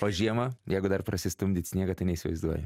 o žiemą jeigu dar prasistumdyt sniegą tai neįsivaizduoju